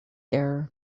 air